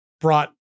brought